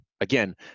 Again